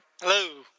Hello